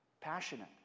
passionate